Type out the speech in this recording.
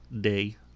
day